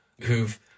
who've